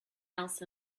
else